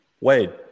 Wade